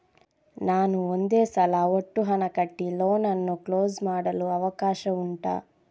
ನಾನು ಒಂದೇ ಸಲ ಒಟ್ಟು ಹಣ ಕಟ್ಟಿ ಲೋನ್ ಅನ್ನು ಕ್ಲೋಸ್ ಮಾಡಲು ಅವಕಾಶ ಉಂಟಾ